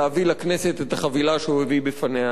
לכנסת את החבילה שהוא הביא בפניה היום.